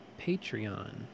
Patreon